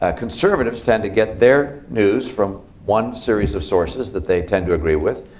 ah conservatives tend to get their news from one series of sources that they tend to agree with.